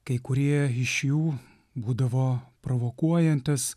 kai kurie iš jų būdavo provokuojantys